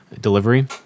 delivery